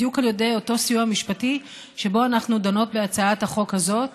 בדיוק על ידי אותו סיוע משפטי שבו אנחנו דנות בהצעת החוק הזאת,